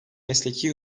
mesleki